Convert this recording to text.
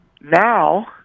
Now